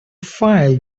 file